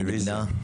מי נמנע?